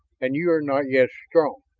and you are not yet strong.